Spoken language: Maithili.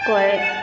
कोइ